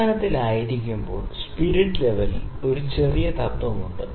പ്രവർത്തനത്തിലായിരിക്കുമ്പോൾ spirit ലെവലിൽ ഒരു ചെറിയ തത്ത്വമുണ്ട്